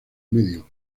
medio